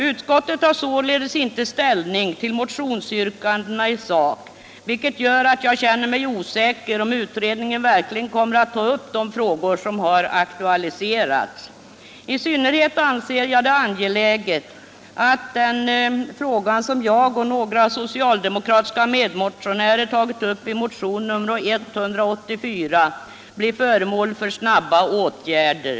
Utskottet har således inte tagit ställning till motionsyrkandena i sak, vilket gör att jag känner mig osäker om huruvida utredningen verkligen kommer att behandla de frågor som har aktualiserats. I synnerhet anser jag det vara angeläget att den fråga som jag och några socialdemokratiska medmotionärer har tagit upp i motionen 184 blir föremål för snabba åtgärder.